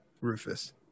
Rufus